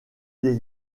des